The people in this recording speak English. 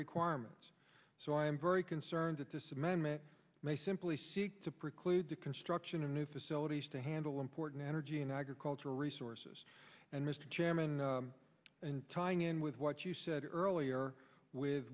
requirements so i am very concerned that this amendment may simply seek to preclude the construction of new facilities to handle important energy and agricultural resources and mr chairman and tying in with what you said earlier with